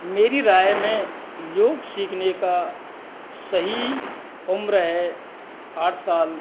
मेरी राय में योग सीखने का सही उम्र है आठ साल